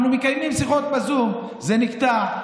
אנחנו מקיימים שיחות בזום: זה נקטע,